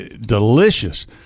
Delicious